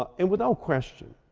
ah and without question,